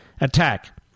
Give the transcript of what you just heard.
attack